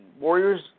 Warriors